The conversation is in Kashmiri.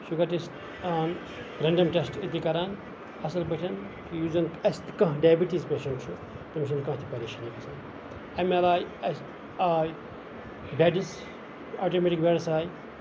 شُگر ٹیسٹ آ ریٚنڈم ٹیٚسٹہٕ أتی کران اَصٕل پٲٹھۍ یُس زن اَسہِ تہِ کانہہ ڈایبٕٹیٖز پیشنٹ چھُ تٔمِس چھنہٕ کانہہ تہِ پَریشٲنی آسان امہِ علاوِ اَسہِ آے ڈیٹ اِز آٹومیٹِکٕس آے